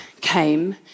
came